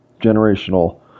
generational